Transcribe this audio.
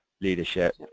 leadership